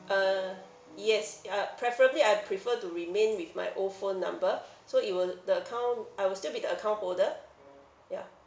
uh yes y~ ah preferably I prefer to remain with my old phone number so it will the account I will still be the account holder ya